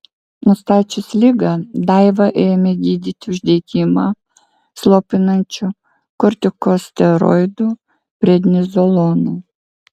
nustačius ligą daivą ėmė gydyti uždegimą slopinančiu kortikosteroidu prednizolonu